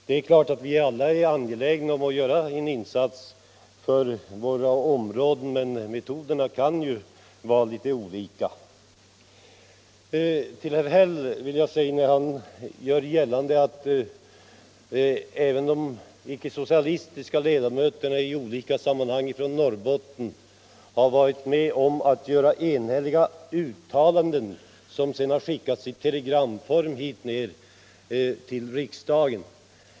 Vi är naturligtvis alla angelägna om att göra insatser för våra områden, men metoderna kan ju vara litet olika. Herr Häll gör gällande att även de icke-socialistiska ledamöterna från Norrbotten i olika sammanhang varit med om att göra enhälliga uttalanden som sedan skickats i telegram hit till riksdagen.